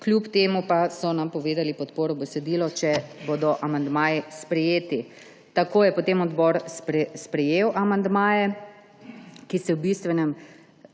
Kljub temu so napovedali podporo besedilu, če bodo amandmaji sprejeti. Tako je potem odbor sprejel amandmaje, ki se v bistvenem